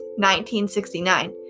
1969